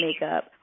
makeup